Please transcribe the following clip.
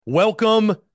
Welcome